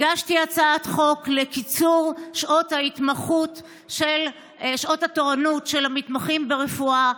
הגשתי הצעת חוק לקיצור שעות התורנות של המתמחים ברפואה,